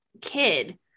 kid